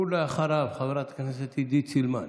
ואחריו, חברת הכנסת עידית סילמן.